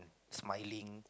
smiling